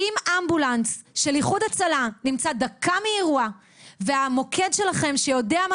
אם אמבולנס של איחוד הצלה נמצא דקה מאירוע והמוקד שלכם שיודע מה